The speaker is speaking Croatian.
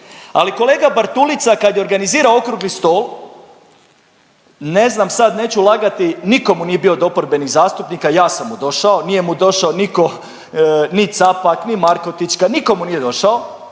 Ali kolega Bartulica kad je organizirao Okrugli stol, ne znam sad, neću lagati, niko mu nije bio od oporbenih zastupnika, ja sam mu došao, nije mu došao niko, ni Capak, ni Markotićka, niko mu nije došao,